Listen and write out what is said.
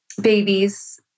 babies